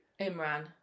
Imran